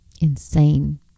Insane